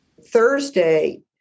Thursday